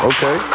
Okay